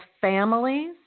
families